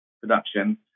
production